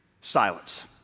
Silence